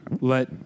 let